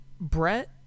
Brett